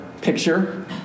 picture